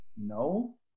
No